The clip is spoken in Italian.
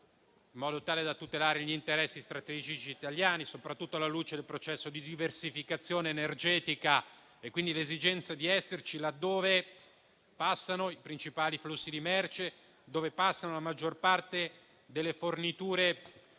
in modo da tutelare gli interessi strategici italiani, soprattutto alla luce del processo di diversificazione energetica. Da ciò deriva l'esigenza di esserci laddove passano i principali flussi di merce e la maggior parte delle forniture